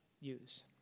use